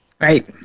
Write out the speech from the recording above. Right